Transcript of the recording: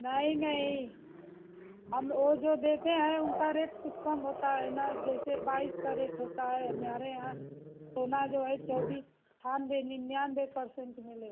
नहीं नहीं हम वो जो देते हैं उनका रेट कुछ कम होता है ना जैसे बाइस करेट होता है हमारे यहाँ सोना जो है चौबीस अट्ठानबे निन्यानबे परसेंट मिलेगा